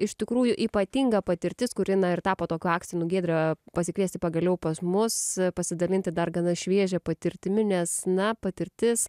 iš tikrųjų ypatinga patirtis kuri ir tapo tokiu akstinu giedrę pasikviesti pagaliau pas mus pasidalinti dar gana šviežia patirtimi nes na patirtis